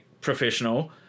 professional